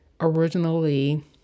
originally